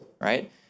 right